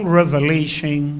revelation